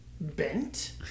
bent